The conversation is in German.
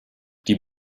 die